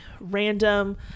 random